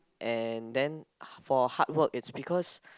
and then for hard work it's because